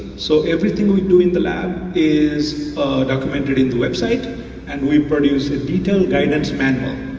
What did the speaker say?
so everything we do in the lab is documented in the website and reproduce a detailed guidance manual.